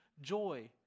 joy